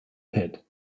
pit